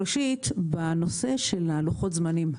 ראשית, בנושא לוחות הזמנים,